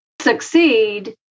succeed